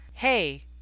Hey